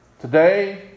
Today